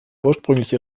ursprüngliche